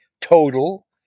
total